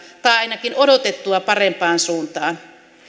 tai ainakin odotettua parempaan suuntaan